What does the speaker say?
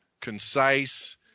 concise